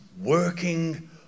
working